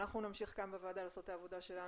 אנחנו נמשיך כאן בוועדה לעשות את העבודה שלנו,